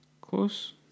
close